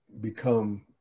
become